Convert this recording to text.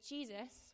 Jesus